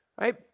right